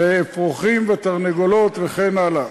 אפרוחים, תרנגולות וכן הלאה.